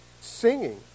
Singing